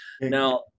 now